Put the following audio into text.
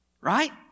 right